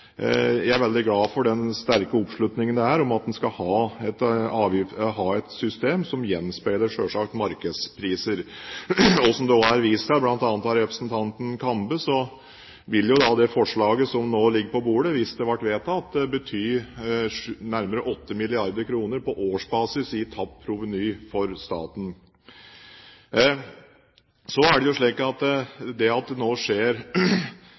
jeg er veldig glad for den sterke oppslutningen det er om at en skal ha et system som gjenspeiler markedspriser. Og som det nå er vist til, bl.a. av representanten Kambe, vil jo da det forslaget som nå ligger på bordet, hvis det blir vedtatt, bety nærmere 8 mrd. kr på årsbasis i tapt proveny for staten. Når prisene på drivstoff nå øker i Norge, i hvert fall i dette tilfellet, så er ikke det